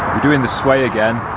doing the sway again